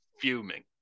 fuming